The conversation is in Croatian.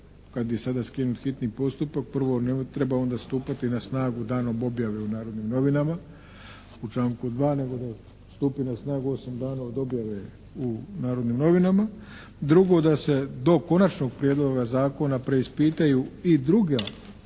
kad je sad skinut hitni postupak prvo ne treba sada stupati na snagu danom objave u "Narodnim novinama" po članku 2. nego da stupi na snagu 8 dana od objave u "Narodnim novinama". Drugo, da se do konačnog prijedloga zakona preispitaju i druga